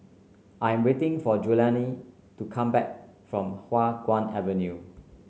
I'm waiting for Julianne to come back from Hua Guan Avenue